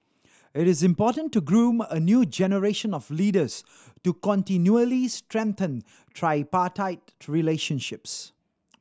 it is important to groom a new generation of leaders to continually strengthen tripartite relationships